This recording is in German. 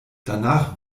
danach